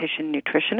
nutritionist